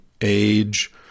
age